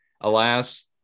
alas